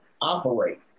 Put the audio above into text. operate